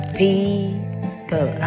people